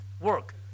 work